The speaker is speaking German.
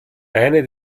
eine